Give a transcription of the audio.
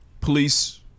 Police